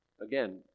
Again